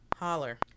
Holler